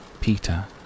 Peter